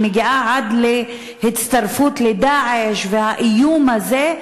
שמגיעה עד להצטרפות ל"דאעש", והאיום הזה.